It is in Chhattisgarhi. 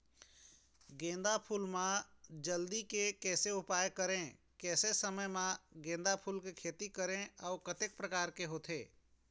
गेंदा फूल मा जल्दी के कैसे उपाय करें कैसे समय मा गेंदा फूल के खेती करें अउ कतेक प्रकार होथे?